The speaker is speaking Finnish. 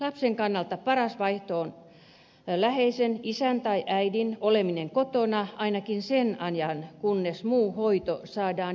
lapsen kannalta paras vaihtoehto on läheisen isän tai äidin oleminen kotona ainakin sen ajan kunnes muu hoito saadaan järjestymään